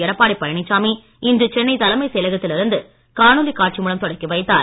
எடப்பாடி பழனிசாமி இன்று சென்னை தலைமைச் செயலகத்தில் இருந்து காணொளி காட்சி மூலம் தொடக்கி வைத்தார்